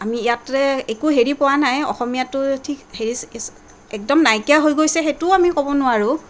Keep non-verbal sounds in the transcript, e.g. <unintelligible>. আমি ইয়াতে একো হেৰি পোৱা নাই অসমীয়াটো ঠিক হেৰি <unintelligible> একদম নাইকিয়া হৈ গৈছে সেইটোও আমি ক'ব নোৱাৰোঁ